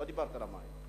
לא דיברתי על המים.